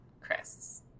Chris